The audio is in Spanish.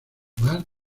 más